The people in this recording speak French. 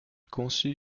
conçu